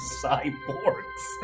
cyborgs